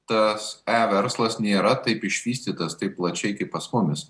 tas e verslas nėra taip išvystytas taip plačiai kaip pas mumis